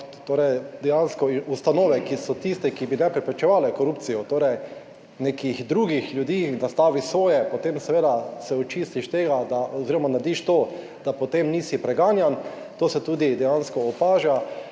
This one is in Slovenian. torej dejansko ustanove, ki so tiste, ki bi naj preprečevale korupcijo, torej nekih drugih ljudi in nastaviš svoje, potem seveda se očistiš tega oziroma narediš to, da potem nisi preganjan, to se tudi dejansko opaža